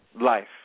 life